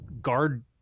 guard